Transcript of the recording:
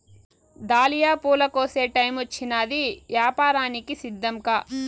dahlia పూల కోసే టైమొచ్చినాది, యాపారానికి సిద్ధంకా